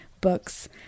books